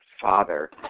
father